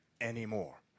anymore